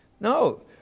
No